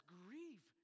grieve